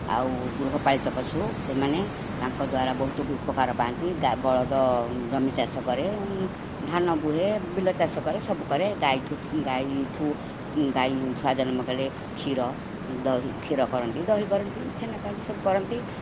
ଆଉ ଗୃହପାଳିତ ପଶୁ ସେମାନେ ତାଙ୍କ ଦ୍ୱାରା ବହୁତ ବି ଉପକାର ପାଆନ୍ତି ବଳଦ ଜମି ଚାଷ କରେ ଧାନ ବୁହେ ବିଲ ଚାଷ କରେ ସବୁ କରେ ଗାଈ ଠୁ ଗାଈ ଛୁଆ ଜନ୍ମ କରେ କ୍ଷୀର କ୍ଷୀର କରନ୍ତି ଦହି କରନ୍ତି ଛେନା କରନ୍ତି ସବୁ କରନ୍ତି